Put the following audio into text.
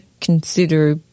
consider